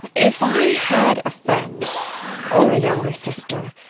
if i had a friend or a younger sister,